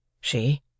She